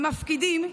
המפקידים,